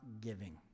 giving